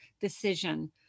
decision